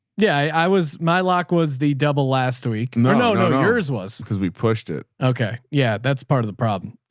yeah. i was, my lock was the double last week. no, no, no, no. yours was because we pushed it. okay. yeah. that's part of the problem.